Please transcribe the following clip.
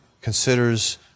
considers